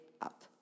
up